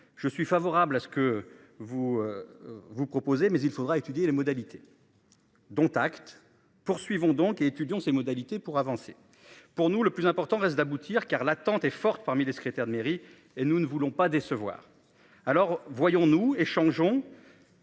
Je suis favorable à ce que. Vous. Vous. Proposé mais il faudra étudier les modalités. Dont acte. Poursuivons donc et étudions ces modalités pour avancer. Pour nous, le plus important reste d'aboutir car l'attente est forte parmi les secrétaires de mairie et nous ne voulons pas décevoir. Alors voyons nous échangeons.